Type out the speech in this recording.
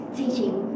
teaching